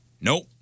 Nope